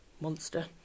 monster